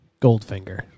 Goldfinger